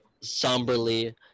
somberly